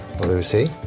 Lucy